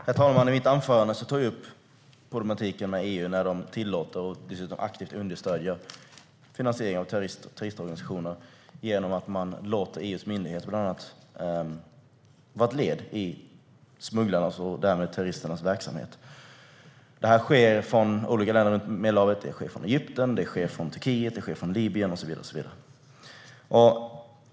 Herr talman! I mitt anförande tog jag upp problematiken med att EU tillåter och dessutom aktivt understöder finansiering av terroristorganisationer genom att man låter EU:s myndigheter bland annat vara ett led i smugglarnas och därmed terroristernas verksamhet. Det här sker från olika länder runt Medelhavet. Det sker från Egypten, Turkiet, Libyen och så vidare.